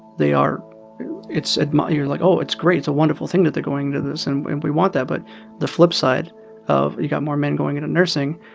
they are it's admired. you're like, oh, it's great. it's a wonderful thing that they're going into this, and we want that. but the flip side of you've got more men going into nursing,